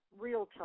realtalk